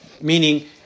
meaning